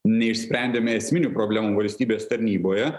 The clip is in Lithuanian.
neišsprendėme esminių problemų valstybės tarnyboje